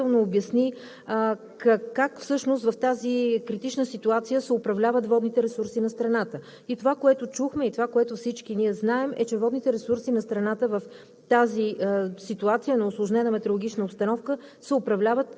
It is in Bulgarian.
Вас. По отношение управлението на водните ресурси, министър Димитров много изчерпателно обясни как всъщност в тази критична ситуация се управляват водните ресурси на страната. Това, което чухме, и това, което всички ние знаем, е, че водните ресурси на страната в